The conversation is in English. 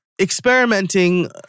experimenting